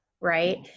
right